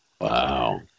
wow